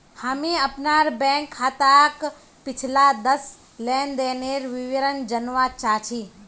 हामी अपनार बैंक खाताक पिछला दस लेनदनेर विवरण जनवा चाह छि